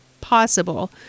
possible